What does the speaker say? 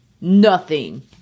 Nothing